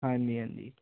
ਹਾਂਜੀ ਹਾਂਜੀ